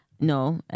No